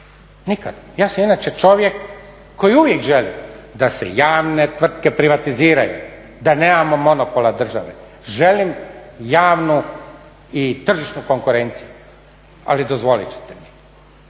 nikad. Ja sam inače čovjek koji uvijek želi da se javne tvrtke privatiziraju, da nemamo monopola države. Želim javnu i tržišnu konkurenciju ali dozvolit ćete,